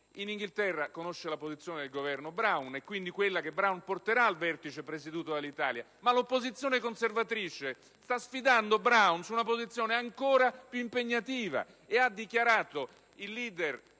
l'Inghilterra, si conosce la posizione del Governo Brown, quindi quella che il primo ministro Brown porterà al vertice presieduto dall'Italia. Ma l'opposizione conservatrice sta sfidando Brown su una posizione ancora più impegnativa ed il *leader*